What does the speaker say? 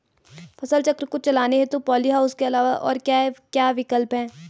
फसल चक्र को चलाने हेतु पॉली हाउस के अलावा और क्या क्या विकल्प हैं?